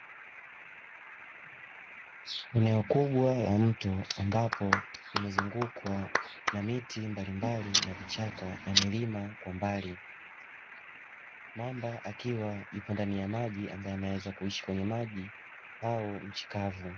Eneo kubwa la mto ambapo limezungukwa na miti mbalimbali na vichaka na milima kwa mbali, mamba akiwa yupo ndani ya maji ambaye anaweza kuishi kwenye maji au nchi kavu.